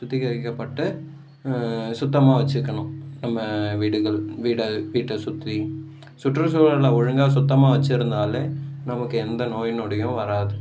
சுத்திகரிக்கப்பட்டு சுத்தமாக வெச்சுக்கணும் நம்ம வீடுகள் வீட வீட்டை சுற்றி சுற்றுச்சூழலை ஒழுங்காக சுத்தமாக வெச்சு இருந்தாலே நமக்கு எந்த நோய் நொடியும் வராது